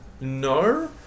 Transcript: No